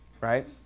right